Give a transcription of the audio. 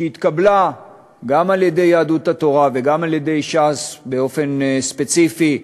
שהתקבלה גם על-ידי יהדות התורה וגם על-ידי ש"ס באופן ספציפי,